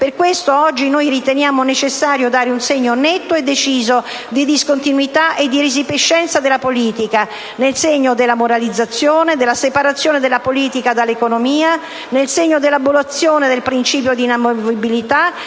Per questo oggi noi riteniamo necessario dare un segno netto e deciso di discontinuità e di resipiscenza della politica nel segno della moralizzazione, della separazione della politica dall'economia, della abolizione del principio di inamovibilità